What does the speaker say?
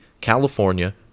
California